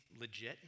legit